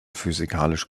physikalisch